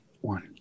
one